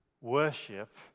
worship